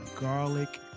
garlic